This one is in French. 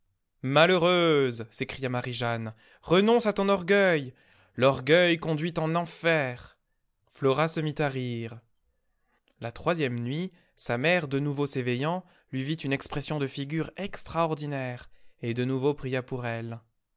malheureuse s'écria marie-jeanne renonce à ton orgueil l'orgueil conduit en enfer flora se mit à rire la troisième nuit sa mère de nouveau s'éveillant lui vit une expression de figure extraordinaire et de nouveau pria pour elle